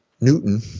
Newton